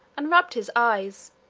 and rubbed his eyes,